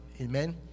Amen